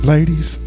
Ladies